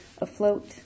afloat